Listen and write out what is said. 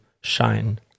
shine